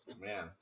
Man